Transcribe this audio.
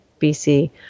BC